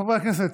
חברי הכנסת,